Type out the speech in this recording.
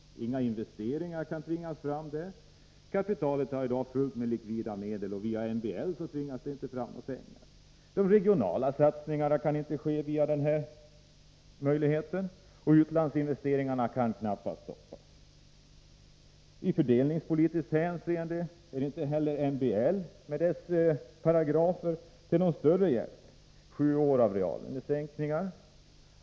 Inga investeringar kan tvingas fram den vägen — kapitalet har i dag fullt med likvida medel, så via MBL tvingas det inte fram några pengar. De regionala satsningarna kan inte ske via denna möjlighet, och utlandsinvesteringarna kan knappast stoppas. I fördelningspolitiskt hänseende är inte heller MBL och dess paragrafer till någon större hjälp. Det har varit sjuårav - Nr 32 reallönesänkningar.